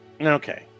Okay